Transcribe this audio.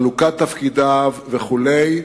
חלוקת תפקידיו וכו',